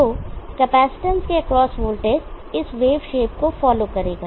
तो कैपेसिटेंस के across voltage इस वेव शेप को फॉलो करेगा